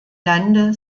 lande